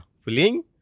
filling